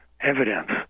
evidence